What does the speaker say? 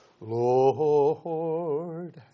Lord